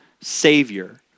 Savior